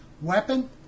Weapon